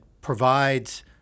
provides